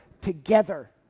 together